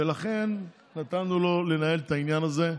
ולכן נתנו לו לנהל את העניין הזה,